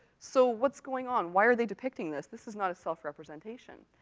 so, what's going on? why are they depicting this? this is not a self-representation.